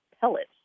pellets